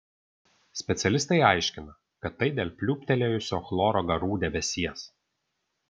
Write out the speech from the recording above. specialistai aiškina kad tai dėl pliūptelėjusio chloro garų debesies